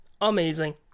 amazing